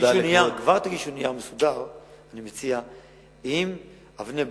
אני מציע שכבר תגישו נייר מסודר עם אבני בוחן,